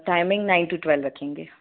timing nine to twelve रखेंगे